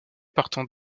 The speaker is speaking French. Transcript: partant